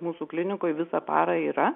mūsų klinikoj visą parą yra